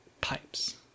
pipes